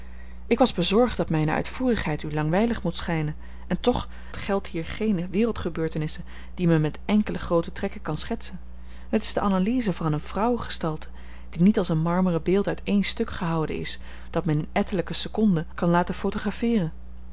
ik was bezorgd dat mijne uitvoerigheid u langwijlig mocht schijnen en toch het geldt hier geene wereldgebeurtenissen die men met enkele groote trekken kan schetsen het is de analyse van eene vrouwengestalte die niet als een marmeren beeld uit één stuk gehouwen is dat men in ettelijke seconden kan laten